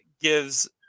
gives